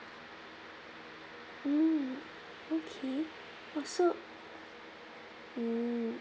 mm okay so mm